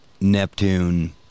Neptune